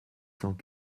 cent